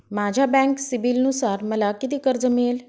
माझ्या बँक सिबिलनुसार मला किती कर्ज मिळेल?